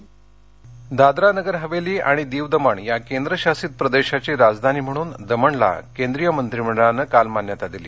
केंद्रीय मंत्रीमंडळ दादरा नगर हवेली आणि दीव दमण या केंद्रशासित प्रदेशाची राजधानी म्हणून दमणला केंद्रीय मंत्रिमंडळानं काल मान्यता दिली